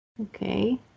Okay